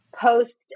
post